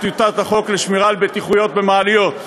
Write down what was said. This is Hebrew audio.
טיוטת החוק לשמירה על בטיחות במעליות.